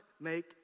make